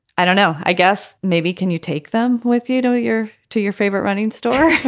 i don't know. i guess maybe. can you take them with you to your to your favorite running store